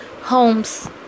homes